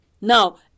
Now